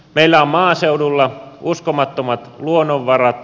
meillä on maaseudulla uskomattomat luonnonvarat